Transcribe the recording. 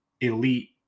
elite